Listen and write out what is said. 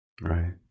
Right